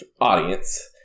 audience